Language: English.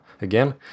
again